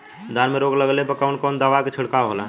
धान में रोग लगले पर कवन कवन दवा के छिड़काव होला?